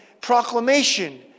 proclamation